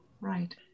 Right